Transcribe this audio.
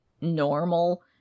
normal